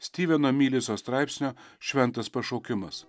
stiveno mileso straipsnio šventas pašaukimas